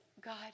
God